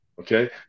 Okay